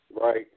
Right